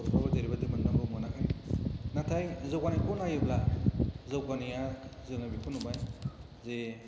बर'फ्राबो जेरैबायदि मोन्नांगौ मोनाखै नाथाय जौगानायखौ नायोब्ला जौगानाया जोङो बेखौ नुबाय जे